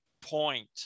point